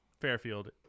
Fairfield